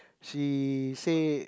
she said